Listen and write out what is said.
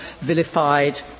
vilified